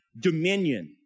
dominion